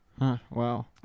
Wow